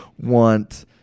want